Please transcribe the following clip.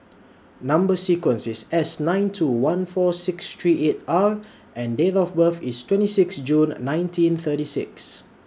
Number sequence IS S nine two one four six three eight R and Date of birth IS twenty six June nineteen thirty six